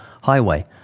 highway